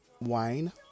Wine